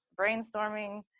Brainstorming